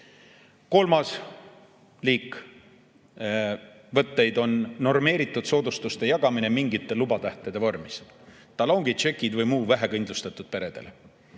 Kolmas liik võtteid on normeeritud soodustuste jagamine mingite lubatähtede vormis: talongid, tšekid või miski muu vähekindlustatud peredele.